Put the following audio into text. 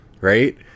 Right